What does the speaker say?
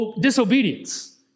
disobedience